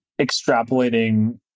extrapolating